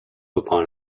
upon